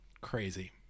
crazy